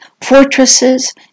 fortresses